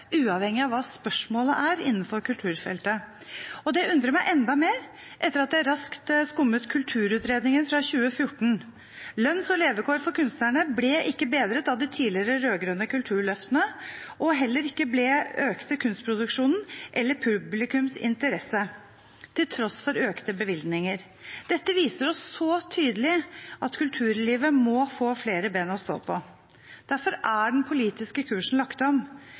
uavhengig av hva spørsmålet er, innenfor kulturfeltet. Det undrer meg enda mer etter at jeg raskt skummet Kulturutredningen fra 2014. Lønns- og levekår for kunstnerne ble ikke bedret av de tidligere, rød-grønne, kulturløftene, og kunstproduksjonen eller publikums interesse økte heller ikke, til tross for økte bevilgninger. Dette viser oss så tydelig at kulturlivet må få flere ben å stå på. Derfor er den politiske kursen lagt